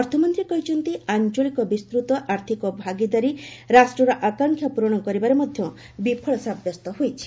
ଅର୍ଥମନ୍ତ୍ରୀ କହିଛନ୍ତି ଆଞ୍ଚଳିକ ବିସ୍ତୃତ ଆର୍ଥିକ ଭାଗିଦାରୀ ଆର୍ସିଇପି ରାଷ୍ଟ୍ରର ଆକାଂକ୍ଷା ପୂରଣ କରିବାରେ ମଧ୍ୟ ବିଫଳ ସାବ୍ୟସ୍ତ ହୋଇଛି